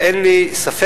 אין לי ספק